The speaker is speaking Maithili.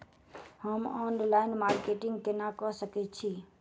हम ऑनलाइन मार्केटिंग केना कऽ सकैत छी?